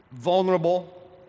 vulnerable